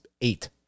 eight